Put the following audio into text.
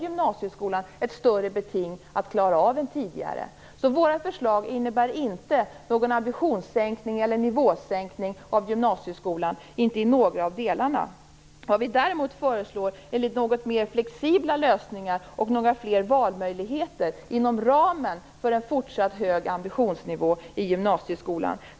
Gymnasieskolan har ett större beting att klara av än tidigare. Våra förslag innebär inte någon ambitionssänkning vad gäller gymnasieskolan - inte i några delar. Vad vi däremot föreslår är något mer flexibla lösningar och fler valmöjligheter inom ramen för en fortsatt hög ambitionsnivå i gymnasieskolan.